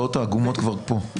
התוצאות העגומות כבר פה.